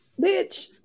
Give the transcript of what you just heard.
Bitch